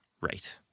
Right